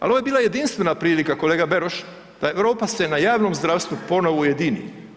Ali ovo je bila jedinstvena prilika kolega Beroš da Europa se na javnom zdravstvu ponovo ujedini.